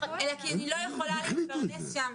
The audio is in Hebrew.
אלא כי אני לא יכולה להתפרנס שם,